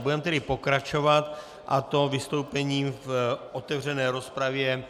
Budeme tedy pokračovat, a to vystoupením v otevřené rozpravě.